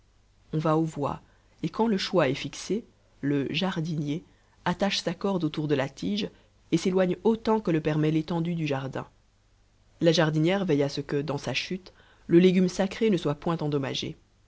on va aux voix et quand le choix est fixé le jardinier attache sa corde autour de la tige et s'éloigne autant que le permet l'étendue du jardin la jardinière veille à ce que dans sa chute le légume sacré ne soit point endommagé